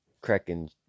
cracking